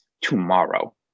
tomorrow